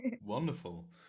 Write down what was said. wonderful